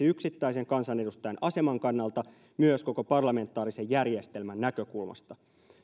yksittäisen kansanedustajan aseman kannalta myös koko parlamentaarisen järjestelmän näkökulmasta